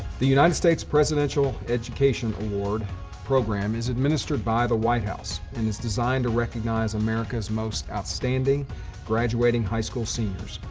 the united states presidential education award program is administered by the white house and is designed to recognize america's most outstanding graduating high school seniors.